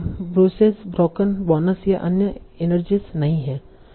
तो bruises broken bones या अन्य इन्जरिस नहीं है